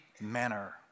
manner